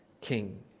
King